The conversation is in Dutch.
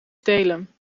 stelen